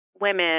women